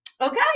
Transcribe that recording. Okay